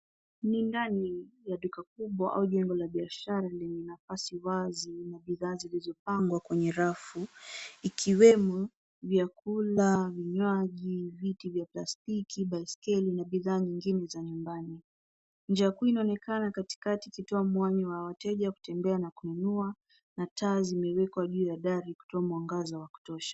Ni ndani ya duka kubwa au jengo la biashara lenye nafasi wazi na bidhaa zilizopangwa kwenye rafu. Ikiwemo vyakula au vinywaji, viti vya plastiki, baiskeli na bidhaa nyingine za nyumbani. Njia kuu inaonekana katikati ikitoa mwanya wa wateja kutembea na kununua, na taa zimewekwa juu ya dari kutoa mwangaza wa kutosha.